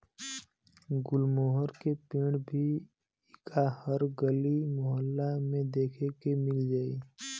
गुलमोहर के पेड़ भी इहा हर गली मोहल्ला में देखे के मिल जाई